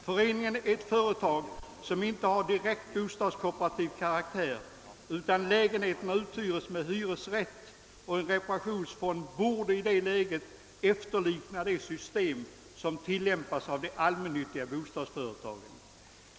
Föreningen är ett företag som inte har direkt bostadskooperativ karaktär, utan lägenheterna uthyres med bostadsrätt, och en reparationsfond borde i det läget efterlikna det system som tillämpas av de allmännyttiga bostadsföretagen.